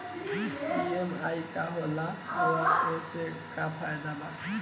EMI का होला और ओसे का फायदा बा?